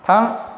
थां